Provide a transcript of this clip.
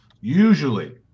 Usually